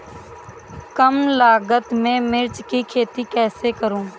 कम लागत में मिर्च की खेती कैसे करूँ?